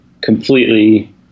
completely